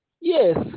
Yes